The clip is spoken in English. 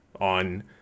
on